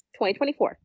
2024